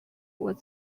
was